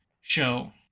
show